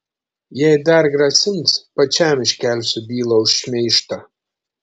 jei dar grasins pačiam iškelsiu bylą už šmeižtą